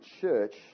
church